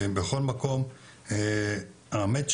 על מנת